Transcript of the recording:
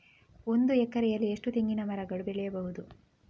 ಒಂದು ಎಕರೆಯಲ್ಲಿ ಎಷ್ಟು ತೆಂಗಿನಮರಗಳು ಬೆಳೆಯಬಹುದು?